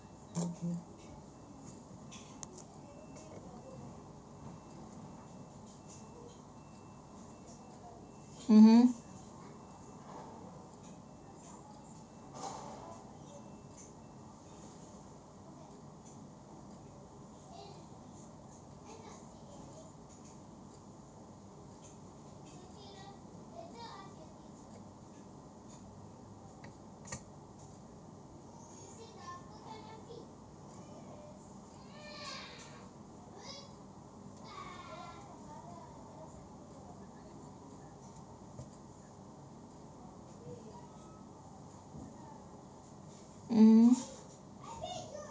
hmm mm mm